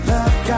Love